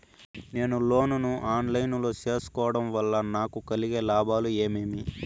నేను లోను ను online లో సేసుకోవడం వల్ల నాకు కలిగే లాభాలు ఏమేమీ?